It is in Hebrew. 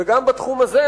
וגם בתחום הזה,